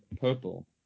purple